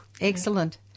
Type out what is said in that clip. Excellent